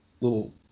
little